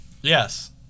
Yes